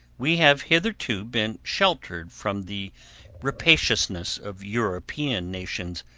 we have hitherto been sheltered from the rapaciousness of european nations,